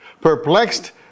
Perplexed